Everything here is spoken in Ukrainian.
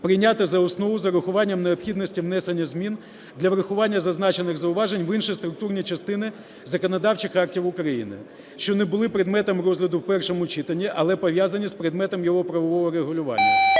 прийняти за основу з урахуванням необхідності внесення змін для врахування зазначених зауважень в інші структурні частини законодавчих актів України, що не були предметом розгляду в першому читанні, але пов'язані з предметом його правового регулювання,